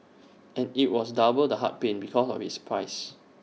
and IT was double the heart pain because of its price